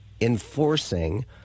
enforcing